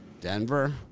Denver